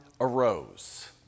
arose